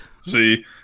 See